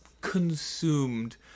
consumed